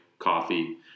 Coffee